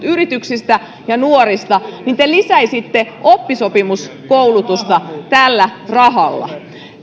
yrityksistä ja nuorista niin te lisäisitte oppisopimuskoulutusta tällä rahalla